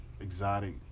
exotic